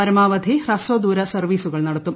പരമാവധി ഹ്രസ്വദൂര സർവ്വീസുകൾ നടത്തും